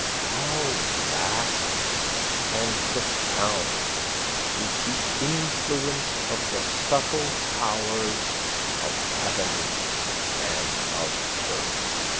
how vast and profound is the influence of the subtile powers of heaven and of earth!